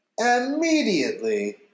immediately